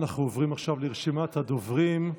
אנחנו עוברים לרשימת הדוברים.